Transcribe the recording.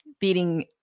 beating –